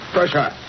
Pressure